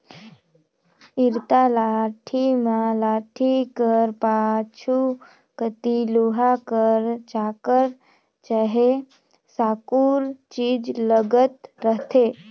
इरता लाठी मे लाठी कर पाछू कती लोहा कर चाकर चहे साकुर चीज लगल रहथे